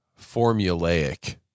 formulaic